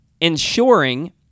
ensuring